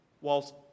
whilst